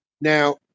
Now